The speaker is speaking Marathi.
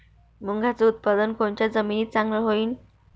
मुंगाचं उत्पादन कोनच्या जमीनीत चांगलं होईन?